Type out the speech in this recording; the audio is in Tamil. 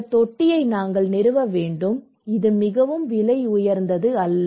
இந்த தொட்டியை நாங்கள் நிறுவ வேண்டும் இது மிகவும் விலை உயர்ந்தது அல்ல